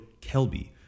KELBY